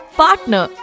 partner